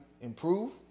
improve